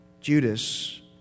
Judas